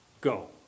go